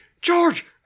George